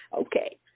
okay